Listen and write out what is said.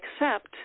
accept